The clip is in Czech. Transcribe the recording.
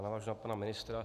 Navážu na pana ministra.